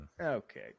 Okay